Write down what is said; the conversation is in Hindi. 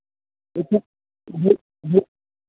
जी सर जी जी